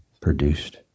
produced